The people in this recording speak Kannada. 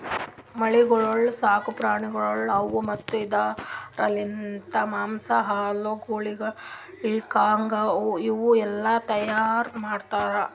ಗೂಳಿಗೊಳ್ ಸಾಕು ಪ್ರಾಣಿಗೊಳ್ ಅವಾ ಮತ್ತ್ ಇದುರ್ ಲಿಂತ್ ಮಾಂಸ, ಹಾಲು, ಗೂಳಿ ಕಾಳಗ ಇವು ಎಲ್ಲಾ ತೈಯಾರ್ ಮಾಡ್ತಾರ್